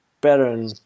pattern